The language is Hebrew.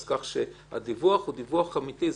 אז כך שהדיווח הוא דיווח אמיתי.